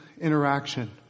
interaction